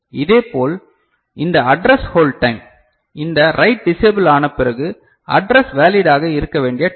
இதேபோல் இந்த address hold time இந்த ரைட் டிஸ்ஏபில் ஆன பிறகு அட்ரஸ் வேலிட் ஆக இருக்க வேண்டிய டைம்